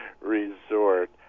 Resort